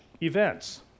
events